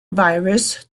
virus